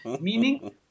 meaning